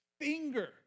finger